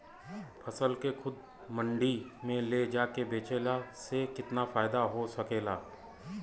फसल के खुद मंडी में ले जाके बेचला से कितना फायदा हो सकेला?